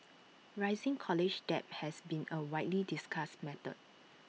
rising college debt has been A widely discussed matter